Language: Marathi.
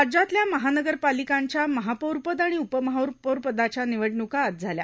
राज्यातल्या महानगरपालिकांच्या महापौरपद आणि उपमहापौरपदाच्या निवडणुका आज झाल्या